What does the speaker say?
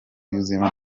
yuzuyemo